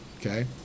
Okay